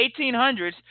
1800s